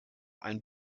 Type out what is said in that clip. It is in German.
einen